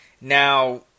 now